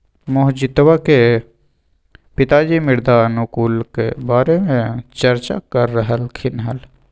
मोहजीतवा के पिताजी मृदा अनुकूलक के बारे में चर्चा कर रहल खिन हल